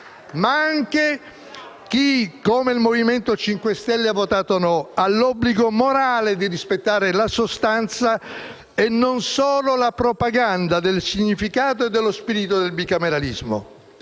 Ma anche chi, come il Movimento 5 Stelle, ha votato no ha l'obbligo morale di rispettare la sostanza e non solo la propaganda del significato e dello spirito del bicameralismo.